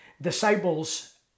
disciples